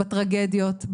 בטרגדיות,